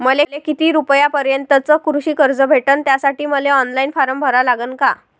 मले किती रूपयापर्यंतचं कृषी कर्ज भेटन, त्यासाठी मले ऑनलाईन फारम भरा लागन का?